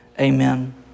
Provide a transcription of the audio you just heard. Amen